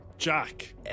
Jack